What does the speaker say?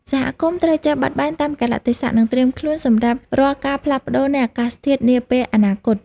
សហគមន៍ត្រូវចេះបត់បែនតាមកាលៈទេសៈ និងត្រៀមខ្លួនសម្រាប់រាល់ការផ្លាស់ប្តូរនៃអាកាសធាតុនាពេលអនាគត។